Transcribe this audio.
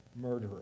murderer